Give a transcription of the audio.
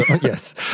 yes